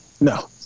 No